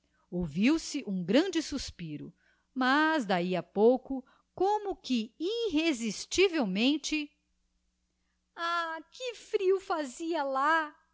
intimação ouviu-se um grande suspiro mas d'ahi a pouco como que irresistivelmente ah que frio fazia lá